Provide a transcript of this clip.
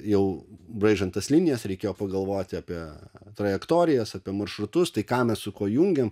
jau braižant tas linijas reikėjo pagalvoti apie trajektorijas apie maršrutus tai ką mes su kuo jungiam